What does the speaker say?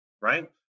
Right